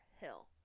hill